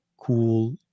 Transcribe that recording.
cool